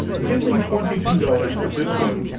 give me twenty-two dollars for this one,